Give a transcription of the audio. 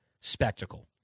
spectacle